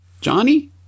Johnny